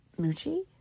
Moochie